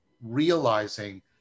realizing